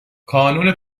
کانون